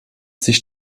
sich